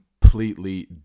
completely